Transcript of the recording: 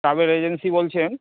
travel agency বলছেন